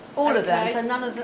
all of them? and